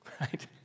right